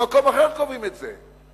במקום אחר קובעים את זה.